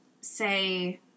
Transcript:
say